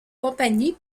compagnie